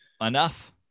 enough